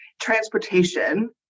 Transportation